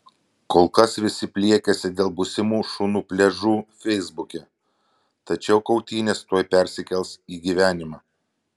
kol kas visi pliekiasi dėl būsimų šunų pliažų feisbuke tačiau kautynės tuoj persikels į gyvenimą